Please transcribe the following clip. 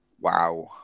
wow